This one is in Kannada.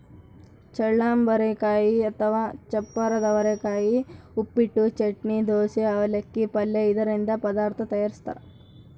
ಚಳ್ಳಂಬರೆಕಾಯಿ ಅಥವಾ ಚಪ್ಪರದವರೆಕಾಯಿ ಉಪ್ಪಿಟ್ಟು, ಚಟ್ನಿ, ದೋಸೆ, ಅವಲಕ್ಕಿ, ಪಲ್ಯ ಇದರಿಂದ ಪದಾರ್ಥ ತಯಾರಿಸ್ತಾರ